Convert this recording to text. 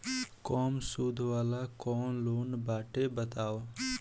कम सूद वाला कौन लोन बाटे बताव?